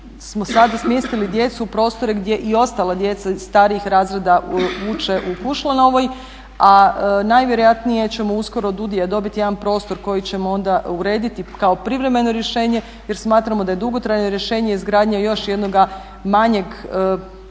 sada smjestili djecu u prostore gdje i ostala djeca starijih razreda uče u Kušlanovoj. A najvjerojatnije ćemo uskoro od DUDI-a dobiti jedan prostor koji ćemo onda urediti kao privremeno rješenje jer smatramo da je dugotrajno rješenje izgradnja još jednoga manjeg paviljona